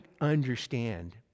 understand